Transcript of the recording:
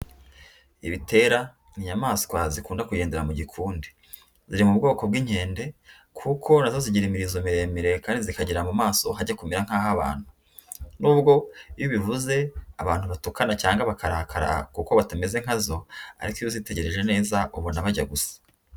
Ibitera inyamaswa zikunda kugendera mu gikundi. Ziri mu bwoko bw'inkende, kuko na zo zigira imirizo miremireye kandi zikagira mu maso hajye kumera nk'abantu. Nubwo iyo ubivuze abantu batukana cyangwa bakarakara, kuko batameze nkazo, ariko iyo uzitegereje neza ubona bajya gusa.